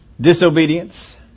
Disobedience